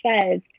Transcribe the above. says